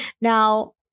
Now